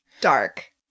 Dark